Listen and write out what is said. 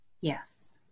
Yes